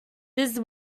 this